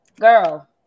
Girl